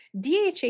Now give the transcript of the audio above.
DHA